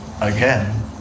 Again